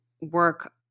work